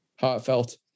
heartfelt